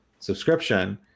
subscription